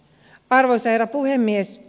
arvoisa herra puhemies